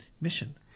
mission